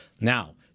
Now